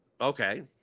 okay